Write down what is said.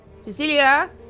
Cecilia